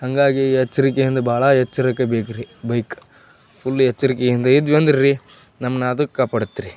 ಹಾಗಾಗಿ ಎಚ್ಚರಿಕೆಯಿಂದ ಭಾಳ ಎಚ್ಚರಿಕೆ ಬೇಕ್ರಿ ಬೈಕ್ ಫುಲ್ಲು ಎಚ್ಚರಿಕೆಯಿಂದ ಇದ್ವಿ ಅಂದ್ರೆ ರೀ ನಮ್ಮನ್ನ ಅದು ಕಾಪಾಡುತ್ರಿ